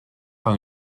par